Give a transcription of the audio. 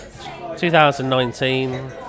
2019